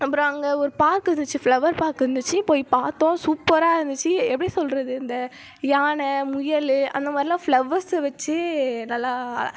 அப்புறம் அங்கே ஒரு பார்க் இருந்துச்சு ஃப்ளவர் பார்க் இருந்துச்சு போய் பார்த்தோம் சூப்பராக இருந்துச்சு எப்படி சொல்கிறது இந்த யானை முயல் அந்த மாதிரிலாம் ஃப்ளவர்ஸை வச்சு நல்லா